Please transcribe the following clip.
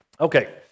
Okay